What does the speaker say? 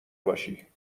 باشی